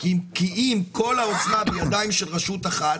כי אם כל העוצמה היא בידיים של רשות אחת,